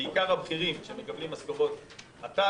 בעיקר הבכירים שמקבלים משכורות עתק,